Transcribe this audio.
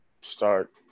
start